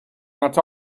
that